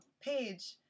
page